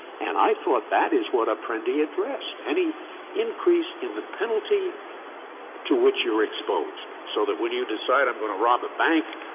and i thought that is what apprendi addressed, any increase in the penalty to which you are exposed, so that when you decide, i'm going to rob a bank,